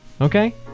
okay